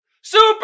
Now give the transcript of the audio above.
Super